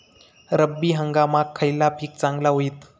रब्बी हंगामाक खयला पीक चांगला होईत?